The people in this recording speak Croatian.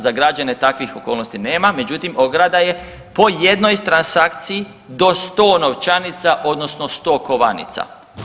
Za građane takvih okolnosti nema, međutim, ograda je po jednoj transakciji do 100 novčanica, odnosno 100 kovanica.